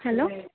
hello